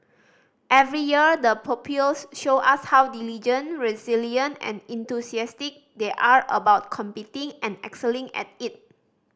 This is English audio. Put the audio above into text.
every year the pupils show us how diligent resilient and enthusiastic they are about competing and excelling at it